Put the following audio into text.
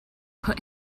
put